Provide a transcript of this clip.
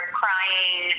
crying